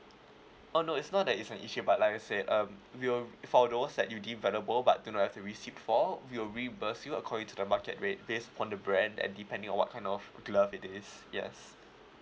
oh no it's not that it's an issue but like I said um we will for those that you deem valuable but do not have the receipt for we will reimburse you according to the market rate based on the brand and depending on what kind of glove it is yes